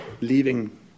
leaving